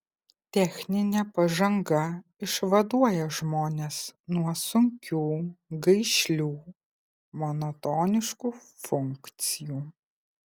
techninė pažanga išvaduoja žmones nuo sunkių gaišlių monotoniškų funkcijų